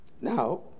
Now